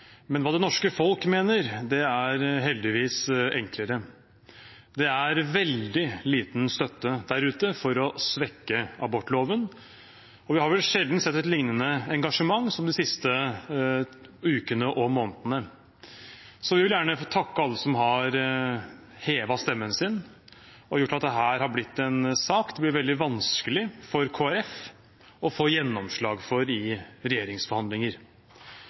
Men hva det norske folk mener, er heldigvis enklere. Det er veldig liten støtte der ute for å svekke abortloven, og vi har vel sjelden sett et lignende engasjement som de siste ukene og månedene. Så jeg vil gjerne takke alle som har hevet stemmen sin og gjort at dette har blitt en sak det blir veldig vanskelig for Kristelig Folkeparti å få gjennomslag for i regjeringsforhandlinger.